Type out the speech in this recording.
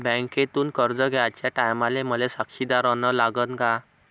बँकेतून कर्ज घ्याचे टायमाले मले साक्षीदार अन लागन का?